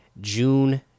June